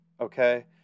okay